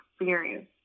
experience